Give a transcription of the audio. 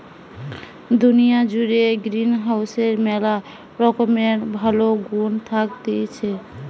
দুনিয়া জুড়ে গ্রিনহাউসের ম্যালা রকমের ভালো গুন্ থাকতিছে